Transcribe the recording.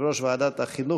יושב-ראש ועדת החינוך,